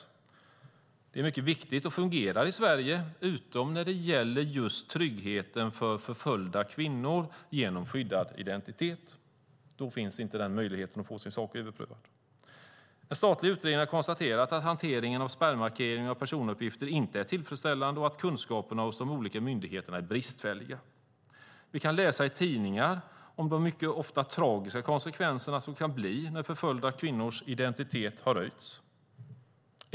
Detta är mycket viktigt, och det fungerar i Sverige utom när det gäller just tryggheten för förföljda kvinnor genom skyddad identitet. Då finns inte möjligheten att få sin sak överprövad. En statlig utredning har konstaterat att hanteringen av spärrmarkering av personuppgifter inte är tillfredsställande och att kunskaperna hos de olika myndigheterna är bristfälliga. Vi kan läsa i tidningar om de ofta mycket tragiska konsekvenser som kan bli följden när förföljda kvinnors identitet röjs.